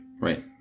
right